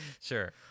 Sure